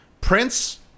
Prince